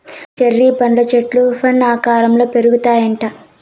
cherry పండ్ల చెట్లు fan ఆకారంల పెరుగుతాయిట